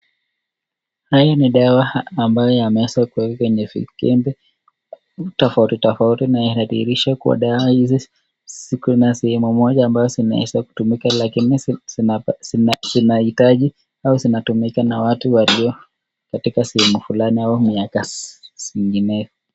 Haya ni dawa ambayo zimewekwa kwenye vikembe tofauti tofauti na ikidhirisha kuwa dawa hizi ziko na sehemu moja ambayo zinaweza kutumika lakini zinahitaji au zinatumika na watu walio katika sehemu fulani au miaka zingineo.